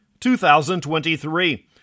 2023